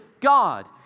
God